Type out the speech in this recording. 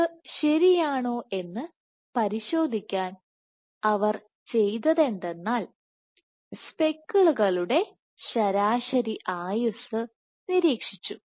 ഇത് ശരിയാണോയെന്ന് പരിശോധിക്കാൻ അവർ ചെയ്തത് എന്തെന്നാൽ സ്പെക്കിളുകളുടെ ശരാശരി ആയുസ്സ് നിരീക്ഷിച്ചു